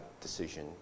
decision